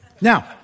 Now